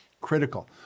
critical